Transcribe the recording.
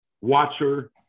watcher